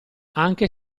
anche